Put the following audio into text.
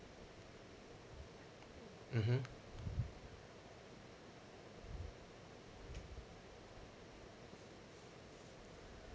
mmhmm